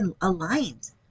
aligned